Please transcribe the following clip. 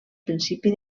principi